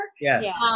Yes